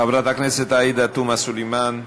חברת הכנסת עאידה תומא סלימאן.